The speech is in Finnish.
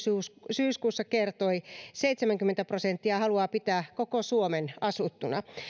syyskuussa kertoi seitsemänkymmentä prosenttia haluaa pitää koko suomen asuttuna